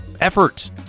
effort